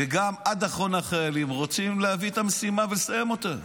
ועד אחרון החיילים רוצים להביא את המשימה ולסיים אותה,